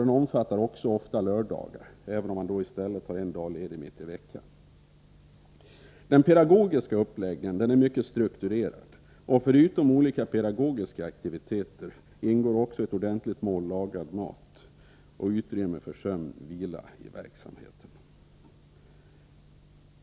Den omfattar ofta lördagar men med en dag ledig mitt i veckan. Den pedagogiska uppläggningen är mycket strukturerad, och förutom olika pedagogiska aktiviteter ingår också ett ordentligt mål lagad mat och utrymme för sömn/vila i verksamheten.